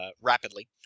Rapidly